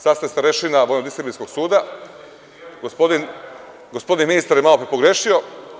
Sada ste starešina Vojno-disciplinskog suda, gospodin ministar je malopre pogrešio.